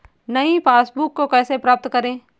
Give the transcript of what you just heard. नई पासबुक को कैसे प्राप्त करें?